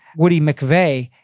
woody mcvey,